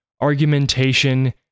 argumentation